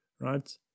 right